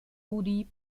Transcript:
rudi